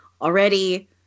already